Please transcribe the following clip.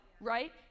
right